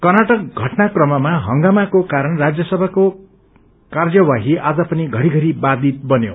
कर्नाटक घटना क्रममा हंगामाको कारण राज्यसभाको कार्यवाही आज पनि घरि घरि बाषित भयो